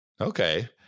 Okay